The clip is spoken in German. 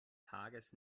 tages